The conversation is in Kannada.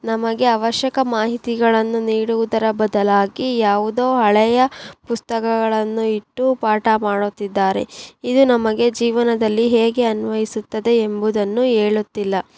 ನಮಗೆ ಅವಶ್ಯಕ ಮಾಹಿತಿಗಳನ್ನು ನೀಡುವುದರ ಬದಲಾಗಿ ಯಾವುದೋ ಹಳೆಯ ಪುಸ್ತಕಗಳನ್ನು ಇಟ್ಟು ಪಾಠ ಮಾಡುತ್ತಿದ್ದಾರೆ ಇದು ನಮಗೆ ಜೀವನದಲ್ಲಿ ಹೇಗೆ ಅನ್ವಯಿಸುತ್ತದೆ ಎಂಬುದನ್ನು ಹೇಳುತ್ತಿಲ್ಲ